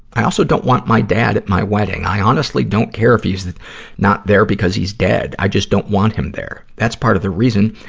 i also don't want my dad at my wedding. i honestly don't care if he's not there because he's dead. i just don't want him there. that's part of the reason,